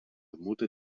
mutter